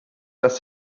das